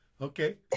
Okay